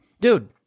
Dude